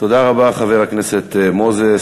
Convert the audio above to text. תודה רבה, חבר הכנסת מוזס.